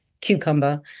cucumber